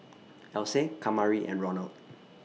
Else Kamari and Ronald